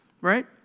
right